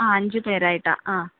അ അഞ്ചു പേരായിട്ടാണ് അ